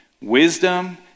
wisdom